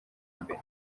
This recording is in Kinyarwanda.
mbere